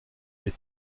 est